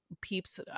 peeps